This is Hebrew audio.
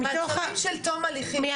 מעצרים של עד תום הליכים.